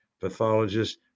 pathologist